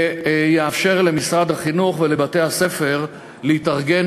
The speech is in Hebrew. ויאפשר למשרד החינוך ולבתי-הספר להתארגן